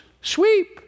Sweep